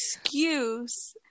excuse